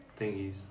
thingies